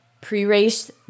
pre-race